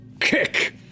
kick